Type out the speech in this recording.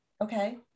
Okay